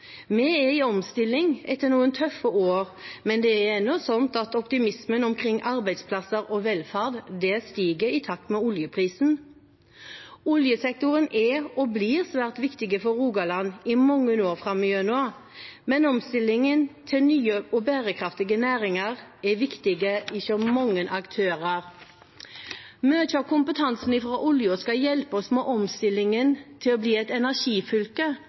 Vi er i omstilling etter noen tøffe år, men det er ennå slik at optimisme rundt arbeidsplasser og velferd stiger i takt med oljeprisen. Oljesektoren er – og blir – svært viktig for Rogaland i mange år framover, men omstillingen til nye og bærekraftige næringer er viktig hos mange aktører. Mye av kompetansen fra oljen skal hjelpe oss med omstillingen til å bli et energifylke,